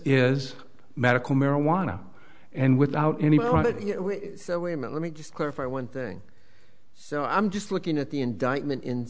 is medical marijuana and without any way meant let me just clarify one thing so i'm just looking at the indictment in